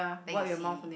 then you see